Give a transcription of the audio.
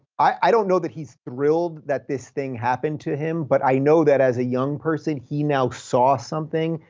i don't know that he's thrilled that this thing happened to him, but i know that as a young person, he now saw something,